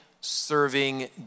serving